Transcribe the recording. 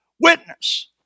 Witness